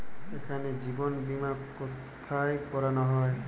এখানে জীবন বীমা কোথায় করানো হয়?